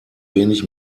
wenig